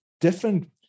different